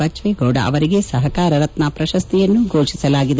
ಬಚ್ವೇಗೌಡ ಅವರಿಗೆ ಸಹಕಾರ ರತ್ನ ಪ್ರಶಸ್ತಿಯನ್ನು ಘೋಷಿಸಿದೆ